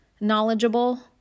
knowledgeable